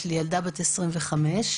יש לי ילדה בת 25 ואני,